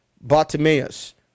Bartimaeus